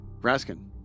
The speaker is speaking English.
Raskin